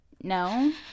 no